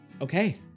Okay